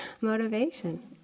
motivation